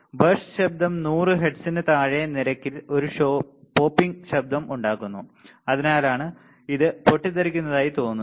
burst ശബ്ദം 100 ഹെർട്സിന് താഴെയുള്ള നിരക്കിൽ ഒരു പോപ്പിംഗ് ശബ്ദം ഉണ്ടാക്കുന്നു അതിനാലാണ് ഇത് പൊട്ടിത്തെറിക്കുന്നതായി തോന്നുന്നത്